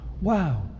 Wow